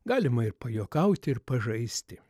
galima ir pajuokauti ir pažaisti